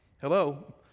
Hello